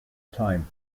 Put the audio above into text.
time